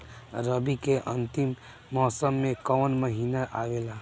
रवी के अंतिम मौसम में कौन महीना आवेला?